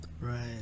Right